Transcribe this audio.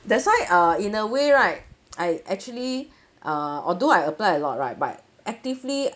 that's why uh in a way right I actually uh although I apply a lot right but actively